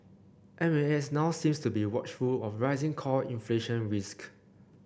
M A S now seems to be watchful of rising core inflation risks